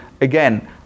again